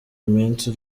iminsi